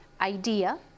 idea